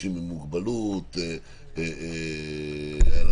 אנשים עם מוגבלות --- לא.